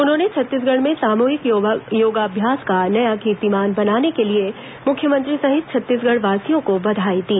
उन्होंने छत्तीसगढ़ में सामूहिक योगाभ्यास का नया कीर्तिमान बनाने के लिए मुख्यमंत्री सहित छत्तीसगढ़वासियों को बधाई दी